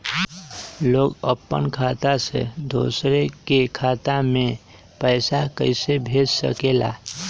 लोग अपन खाता से दोसर के खाता में पैसा कइसे भेज सकेला?